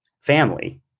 family